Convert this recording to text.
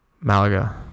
Malaga